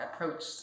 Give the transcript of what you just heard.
approached